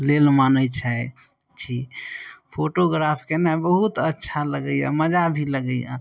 लेल मानै छै छी फोटोग्राफ केनाए बहुत अच्छा लगैए मजा भी लगैए